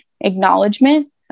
acknowledgement